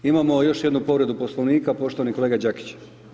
Imamo još jednu povredu Poslovnika poštovani kolega Đakić.